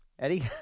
Eddie